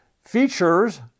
features